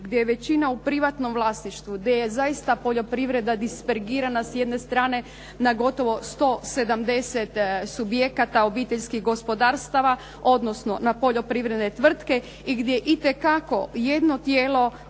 Gdje je većina u privatnom vlasništvu, gdje je zaista poljoprivreda dispergirana s jedne strane na gotovo 170 subjekata obiteljskih gospodarstva, odnosno na poljoprivredne tvrtke i gdje itekako jedno tijelo